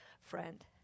friend